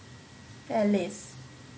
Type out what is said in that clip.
alice